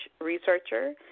researcher